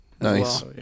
Nice